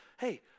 hey